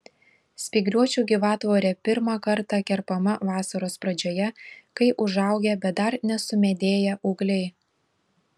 spygliuočių gyvatvorė pirmą kartą kerpama vasaros pradžioje kai užaugę bet dar nesumedėję ūgliai